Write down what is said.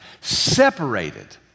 separated